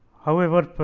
however,